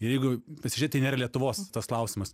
ir jeigu pasižiūrėt tai nėra lietuvos tas klausimas